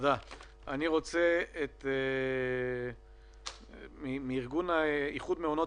יש בישראל 2,100 מעונות